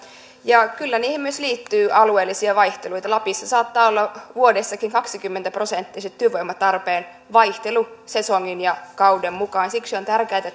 ja kyllä niihin liittyy myös alueellisia vaihteluita lapissa saattaa olla vuodessakin kaksikymmentä prosenttinen työvoimatarpeen vaihtelu sesongin ja kauden mukaan siksi on tärkeätä